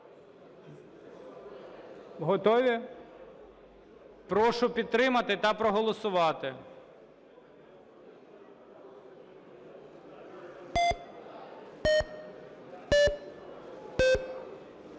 Готові? Прошу підтримати та проголосувати.